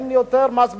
אין יותר מס בצורת.